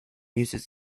uses